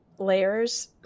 layers